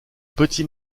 petit